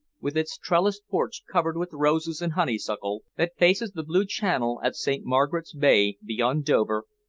with its trellised porch covered with roses and honeysuckle, that faces the blue channel at st. margaret's bay, beyond dover,